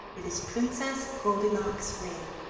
it is princess goldilock's ring.